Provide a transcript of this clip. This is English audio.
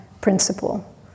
principle